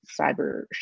cyber